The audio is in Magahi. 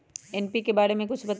एन.पी.के बारे म कुछ बताई?